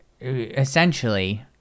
Essentially